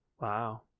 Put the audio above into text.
Wow